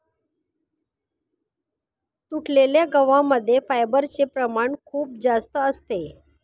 तुटलेल्या गव्हा मध्ये फायबरचे प्रमाण खूप जास्त असते